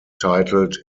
titled